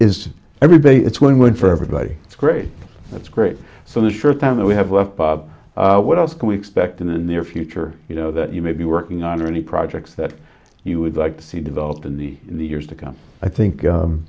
is everybody it's win win for everybody it's great it's great so the first time that we have left bob what else can we expect in the near future you know that you may be working on really projects that you would like to see developed in the years to come i think